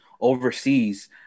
overseas